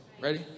Ready